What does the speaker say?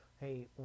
hey